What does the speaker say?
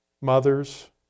mothers